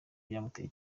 byamuteye